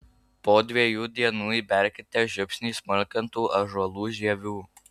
po dviejų dienų įberkite žiupsnį smulkintų ąžuolų žievių